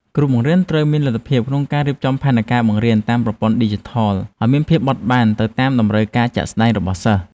គ្រូបង្រៀនត្រូវមានលទ្ធភាពក្នុងការរៀបចំផែនការបង្រៀនតាមប្រព័ន្ធឌីជីថលឱ្យមានភាពបត់បែនទៅតាមតម្រូវការជាក់ស្តែងរបស់សិស្ស។